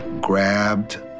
grabbed